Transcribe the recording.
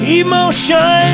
emotion